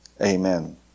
Amen